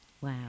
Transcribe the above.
Wow